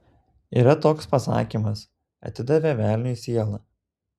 yra toks pasakymas atidavė velniui sielą